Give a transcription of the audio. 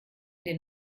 den